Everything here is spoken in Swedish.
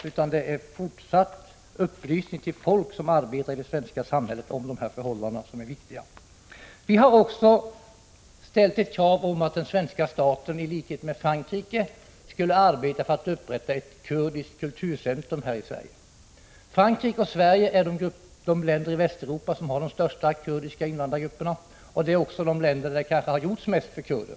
Det viktiga är fortsatt upplysning om de här förhållandena till folk som arbetar i det svenska samhället. Vi har också ställt kravet att den svenska staten i likhet med Frankrike skulle arbeta för att upprätta ett kurdiskt kulturcentrum. Frankrike och Sverige är de länder i Västeuropa som har de största kurdiska invandrargrupperna, och är också de länder där det kanske har gjorts mest för kurder.